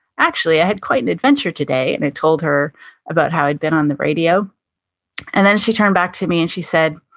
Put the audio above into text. actually i had quite an adventure today. and i told her about how i had been on the radio and then she turned back to me and she said,